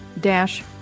dash